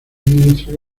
ministros